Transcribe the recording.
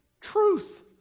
truth